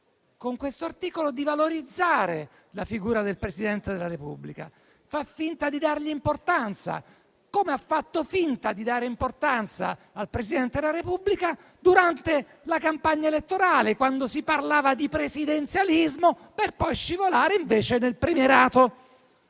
con questo articolo di valorizzare la figura del Presidente della Repubblica, fa finta di dargli importanza, come ha fatto finta di dare importanza al Presidente della Repubblica durante la campagna elettorale, quando si parlava di presidenzialismo, per poi scivolare invece nel premierato.